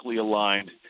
aligned